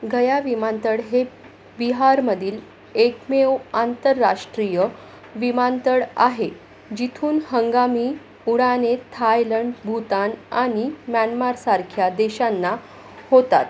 गया विमानतळ हे बिहारमधील एकमेव आंतरराष्ट्रीय विमानतळ आहे जिथून हंगामी उड्डाणे थायलंड भूतान आणि म्यानमारसारख्या देशांना होतात